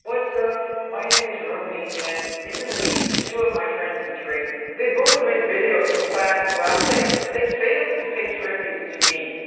what's up, my name is roomie, and recently two of my friends betrayed me. they both made videos on um fast rapping and they failed to pay tribute to me,